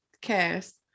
cast